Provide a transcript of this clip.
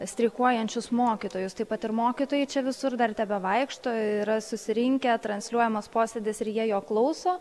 streikuojančius mokytojus taip pat ir mokytojai čia visur dar tebevaikšto yra susirinkę transliuojamas posėdis ir jie jo klauso